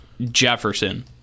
Jefferson